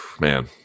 Man